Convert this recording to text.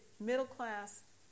middle-class